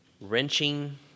wrenching